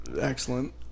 excellent